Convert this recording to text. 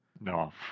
No